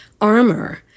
armor